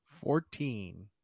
Fourteen